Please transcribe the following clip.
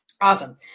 Awesome